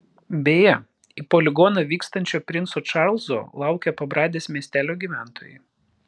beje į poligoną vykstančio princo čarlzo laukė pabradės miestelio gyventojai